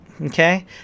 okay